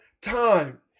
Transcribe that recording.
time